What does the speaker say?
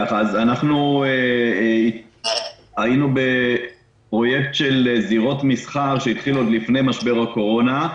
אנחנו היינו בפרויקט של זירות מסחר שהתחיל עוד לפני משבר הקורונה.